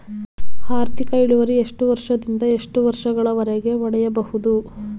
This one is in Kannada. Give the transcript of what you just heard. ಆರ್ಥಿಕ ಇಳುವರಿ ಎಷ್ಟು ವರ್ಷ ದಿಂದ ಎಷ್ಟು ವರ್ಷ ಗಳವರೆಗೆ ಪಡೆಯಬಹುದು?